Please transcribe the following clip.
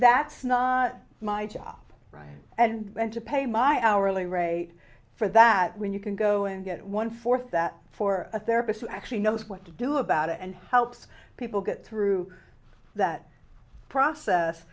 that's not my job right and to pay my hourly rate for that when you can go and get one for that for a therapist who actually knows what to do about it and helps people get through that